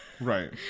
Right